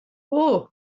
اوه